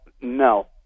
no